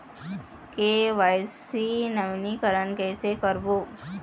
KYC नवीनीकरण कैसे करबो?